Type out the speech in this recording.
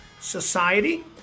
Society